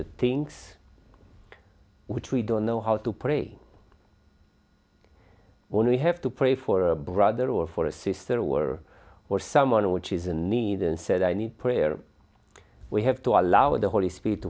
the things which we don't know how to pray when we have to pray for a brother or for a sister were or some one which is in need and said i need prayer we have to allow the holy sp